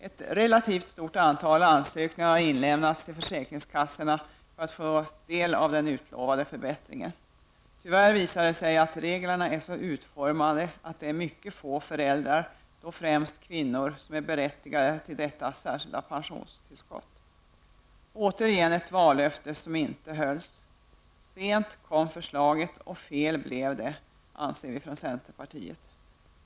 Ett relativt stort antal ansökningar har inlämnats till försäkringskassorna av människor som vill få del av den utlovade förbättringen. Det har tyvärr visat sig att reglerna är så utformade att det är mycket få föräldrar, främst kvinnor, som är berättigade till detta särskilda pensionstillskott. Återigen har vi här ett vallöfte som inte har infriats. Sent kom förslaget och fel blev det, anser vi i centerpartiet.